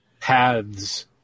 paths